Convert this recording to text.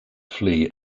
flee